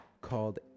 called